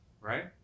Right